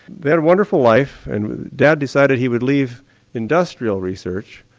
they had a wonderful life and dad decided he would leave industrial research,